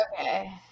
Okay